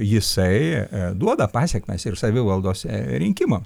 jisai duoda pasekmes ir savivaldos rinkimam